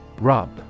Rub